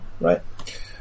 right